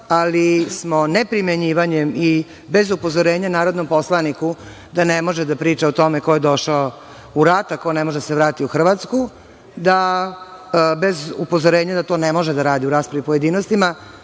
ali smo neprimenjivanjem i bez upozorenja narodnom poslaniku da ne može da priča o tome ko je došao u rat, a ko ne može da se vrati u Hrvatsku, da bez upozorenja to ne može da radi u raspravi u pojedinostima,